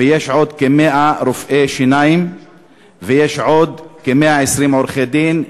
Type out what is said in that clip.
ויש עוד כ-100 רופאי שיניים ויש עוד כ-120 עורכי-דין.